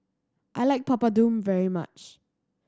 I like Papadum very much